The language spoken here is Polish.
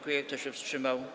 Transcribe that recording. Kto się wstrzymał?